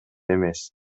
эмес